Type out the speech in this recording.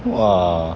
!wah!